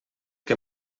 que